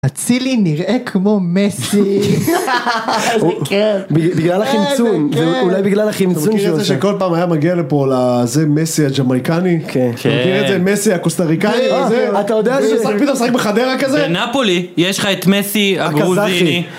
אצילי נראה כמו מסי. בגלל החימצון זה אולי בגלל החימצון שאתה מכיר את זה שכל פעם היה מגיע לפה לזה מסי הג'מייקני מכיר את זה מסי הקוסטריקני אתה יודע פתאום משחק בחדרה כזה בנפולי יש לך את מסי הגרוזיני.